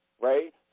right